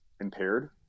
impaired